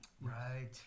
Right